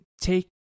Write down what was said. take